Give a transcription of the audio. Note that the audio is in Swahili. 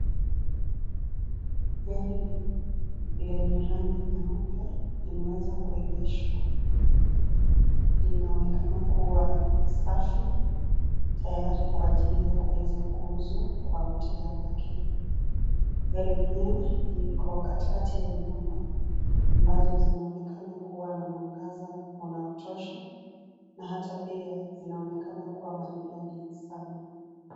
Gari lenye rangi nyeupe, limeweza kuegeshwa, linaonekana kuwa safi tayari kwa ajili ya kuweza kuuzwa kwa mteja wake. Gari lenyewe, liko katikati ya nyumba, ambazo zinaonekana kuwa na mwangaza wa kutosha na hata pia, zinaonekana kuwa maridadi sana.